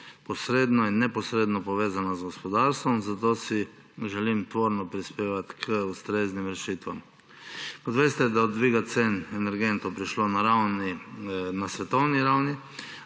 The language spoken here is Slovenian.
posredno in neposredno povezana z gospodarstvom, zato si želim tvorno prispevati k ustreznim rešitvam. Kot veste, je do dviga cen energentov prišlo na svetovni ravni,